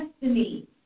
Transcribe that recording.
destiny